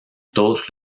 todos